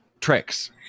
tricks